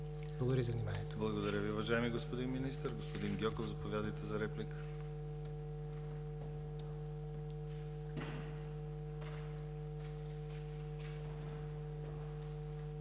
Благодаря Ви, уважаеми господин Министър. Господин Гьоков, заповядайте за реплика.